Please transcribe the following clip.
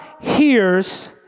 hears